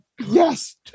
Yes